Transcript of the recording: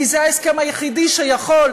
כי זה ההסכם היחידי שיכול,